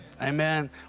Amen